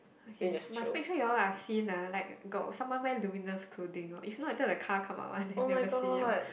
okay must make sure you are all are seen ah like got someone wearing luminous clothing if not later car come out [one] then never see you all